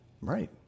right